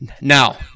Now